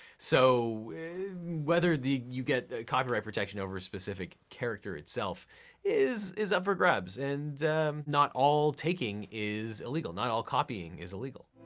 so whether you get copyright protection over a specific character itself is is up for grabs, and not all taking is illegal, not all copying is illegal.